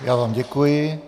Já vám děkuji.